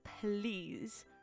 please